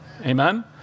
amen